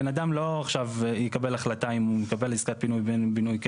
בן אדם לא עכשיו יקבל החלטה או הוא מקבל עסקת פינוי בינוי,